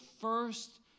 first